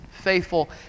faithful